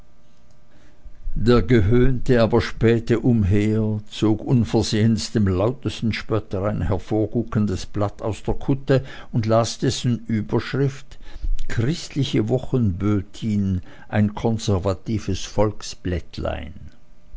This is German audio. der gehöhnte aber spähte umher zog unversehens dem lautesten spötter ein hervorguckendes blatt aus der kutte und las dessen überschrift christliche wochenbötin ein konservatives